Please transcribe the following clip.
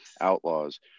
Outlaws